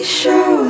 show